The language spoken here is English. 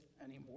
anymore